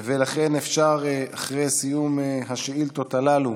לכן, אחרי סיום השאילתות הללו